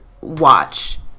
watch